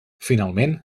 finalment